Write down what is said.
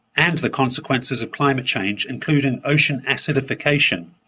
and the consequences of climate change including ocean acidification.